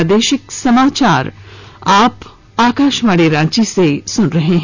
प्रादेशिक समाचार आप आकाशवाणी रांची से सुन रहे हैं